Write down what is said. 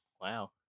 Wow